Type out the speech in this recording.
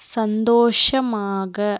சந்தோஷமாக